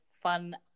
fun